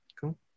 cool